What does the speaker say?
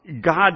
God